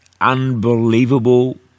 unbelievable